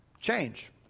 Change